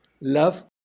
love